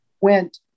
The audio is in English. went